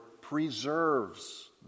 preserves